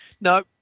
Now